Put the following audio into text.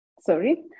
Sorry